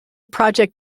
project